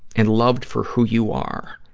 and loved for who you are.